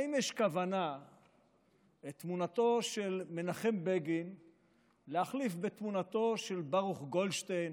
האם יש כוונה להחליף את תמונתו של מנחם בגין בתמונתו של ברוך גולדשטיין